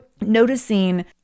noticing